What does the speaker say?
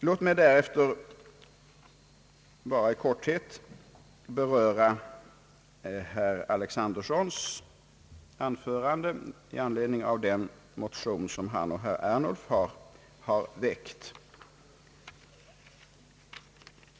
Låt mig därefter bara i korthet beröra herr Alexandersons anförande i anledning av den motion som han och herr Ernulf har väckt.